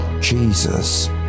Jesus